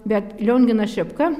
bet lionginas šepka